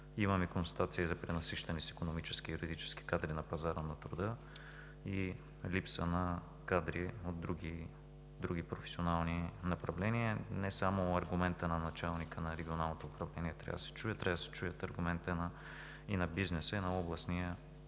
Имаме констатации за пренасищане с икономически и юридически кадри на пазара на труда и липса на кадри от други професионални направления. Не само аргументът на началника на регионалното управление трябва да се чуе, трябва да се чуят аргументите и на бизнеса, и на Областния